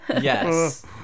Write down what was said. Yes